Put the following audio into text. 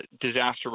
disaster